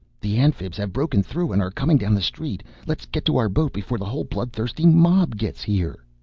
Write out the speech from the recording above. the amphibs have broken through and are coming down the street! let's get to our boat before the whole blood-thirsty mob gets here!